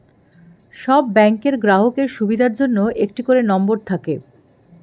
সব ব্যাংকের গ্রাহকের সুবিধার জন্য একটা করে নম্বর থাকে